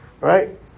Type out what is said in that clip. right